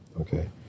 okay